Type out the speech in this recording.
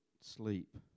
sleep